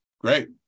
Great